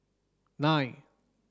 nine